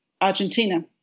Argentina